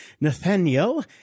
Nathaniel